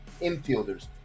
infielders